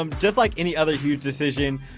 um just like any other huge decision,